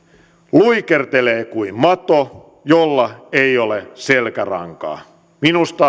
luikertelee kuin mato jolla ei ole selkärankaa minusta